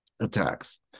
attacks